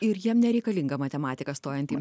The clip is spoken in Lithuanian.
ir jiem nereikalinga matematika stojant į